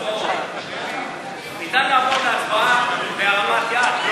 ניתן לעבור להצבעה בהרמת יד.